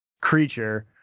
creature